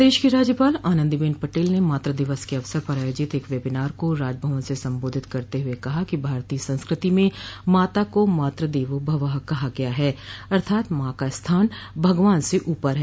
प्रदेश की राज्यपाल आनंदीबेन पटेल ने मातू दिवस के अवसर पर आयोजित एक वेबिनार को राजभवन से सम्बोधित करते हुए कहा कि भारतीय संस्कृति में माता को मातु देवो भवः कहा गया है अर्थात माँ का स्थान भगवान से ऊपर है